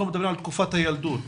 אנחנו מדברים על תקופת הילדות,